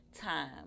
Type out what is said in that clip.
time